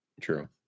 True